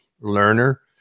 learner